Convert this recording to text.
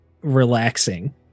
relaxing